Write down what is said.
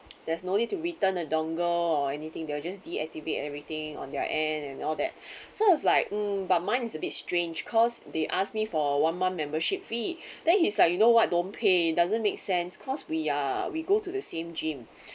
there's no need to return the dongle or anything they will just deactivate everything on their end and all that so I was like hmm but mine is a bit strange because they ask me for one month membership fee then he's like you know what don't pay doesn't make sense cause we are we go to the same gym